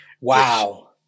Wow